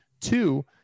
Two